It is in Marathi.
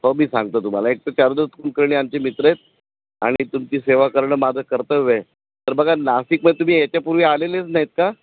हो मी सांगतो तुम्हाला एक तर कुलकर्णी आमचे मित्र आहेत आणि तुमची सेवा करणं माझं कर्तव्य आहे तर बघा नाशिकमध्ये तुम्ही याच्यापूर्वी आलेलेच नाहीत का